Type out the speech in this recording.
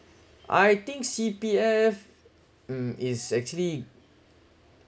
I think C_P_F mm is actually